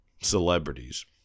celebrities